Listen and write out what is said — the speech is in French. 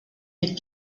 les